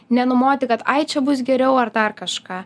nenumoti kad ai čia bus geriau ar dar kažką